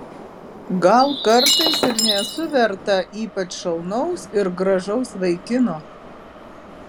gal kartais ir nesu verta ypač šaunaus ir gražaus vaikino